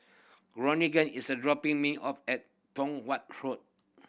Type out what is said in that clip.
Georgeann is a dropping me off at Tong Watt Road